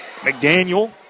McDaniel